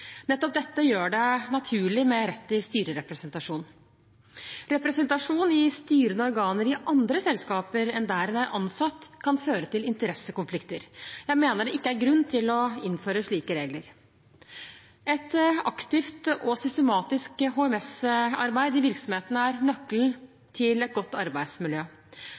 Nettopp dette gjør det naturlig med rett til styrerepresentasjon. Representasjon i styrende organer i andre selskaper enn der en er ansatt, kan føre til interessekonflikter. Jeg mener det ikke er grunn til å innføre slike regler. Et aktivt og systematisk HMS-arbeid i virksomhetene er nøkkelen til et godt arbeidsmiljø.